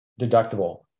deductible